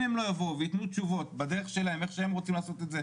אם הם לא יבואו ויתנו תשובות בדרך שלהם איך שהם רוצים לעשות את זה,